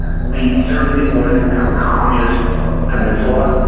we certainly didn't want it to become a communist peninsula.